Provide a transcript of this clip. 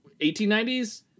1890s